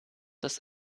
das